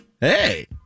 hey